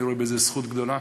אני רואה בזה זכות גדולה.